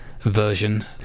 version